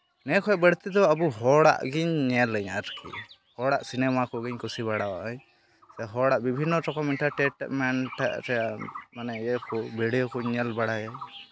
ᱱᱤᱭᱟᱹ ᱠᱷᱚᱡ ᱵᱟᱹᱲᱛᱤ ᱫᱚ ᱟᱵᱚ ᱦᱚᱲᱟᱜ ᱜᱤᱧ ᱧᱮᱞᱟᱹᱧ ᱟᱨᱠᱤ ᱦᱚᱲᱟᱜ ᱥᱤᱱᱮᱢᱟ ᱠᱚᱜᱤᱧ ᱠᱩᱥᱤ ᱵᱟᱲᱟᱣᱟᱜᱼᱟᱹᱧ ᱦᱚᱲᱟᱜ ᱵᱤᱵᱷᱤᱱᱱᱚ ᱨᱚᱠᱚᱢ ᱤᱱᱴᱟᱨᱴᱮᱱᱢᱮᱱᱴ ᱨᱮ ᱢᱟᱱᱮ ᱤᱭᱟᱹ ᱠᱚ ᱵᱷᱤᱰᱤᱭᱳ ᱠᱚᱧ ᱧᱮᱞ ᱵᱟᱲᱟᱭᱟ